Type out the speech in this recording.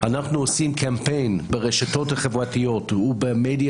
אנחנו עושים קמפיין ברשתות החברתיות ובמדיה